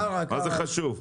מה זה חשוב?